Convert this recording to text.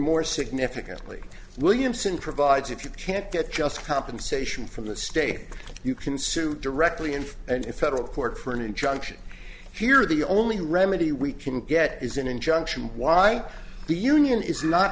more significantly williamson provides if you can't get just compensation from the state you can sue directly in and in federal court for an injunction here the only remedy we can get is an injunction why the union is not